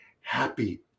happy